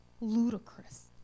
ludicrous